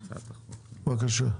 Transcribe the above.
בבקשה.